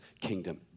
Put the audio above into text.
kingdom